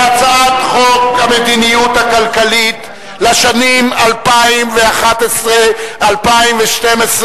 הצעת חוק המדיניות הכלכלית לשנים 2011 2012,